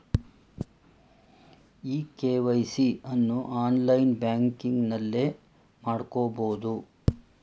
E KYC ಅನ್ನು online ಬ್ಯಾಂಕಿಂಗ್ನಲ್ಲೇ ಮಾಡ್ಕೋಬೋದು